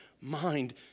mind